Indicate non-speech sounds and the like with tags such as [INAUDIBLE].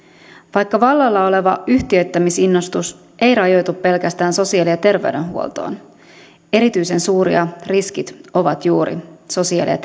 vaikka vallalla oleva yhtiöittämisinnostus ei rajoitu pelkästään sosiaali ja terveydenhuoltoon erityisen suuria riskit ovat juuri sosiaali ja [UNINTELLIGIBLE]